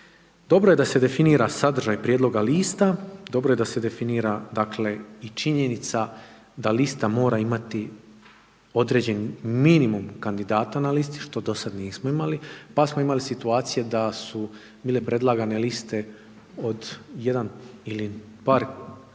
Dobro je da se definira sadržaj prijedloga lista dobro je da se definira, dakle, i činjenica da lista mora imati određeni minimum kandidata na listi, što do sad nismo imali, pa smo imali situacije da su bile predlagane liste od jedan ili par kandidata